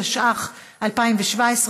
התשע"ח 2017,